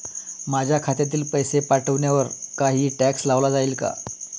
माझ्या खात्यातील पैसे पाठवण्यावर काही टॅक्स लावला जाईल का?